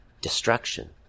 destruction